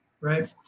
right